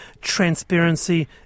transparency